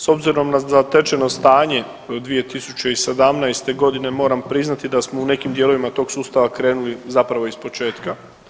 S obzirom na zatečeno stanje do 2017.g. moram priznati da smo u nekim dijelovima tog sustava krenuli zapravo iz početka.